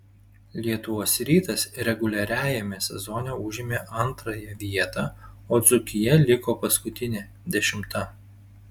lietuvos rytas reguliariajame sezone užėmė antrąją vietą o dzūkija liko paskutinė dešimta